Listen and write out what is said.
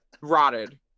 rotted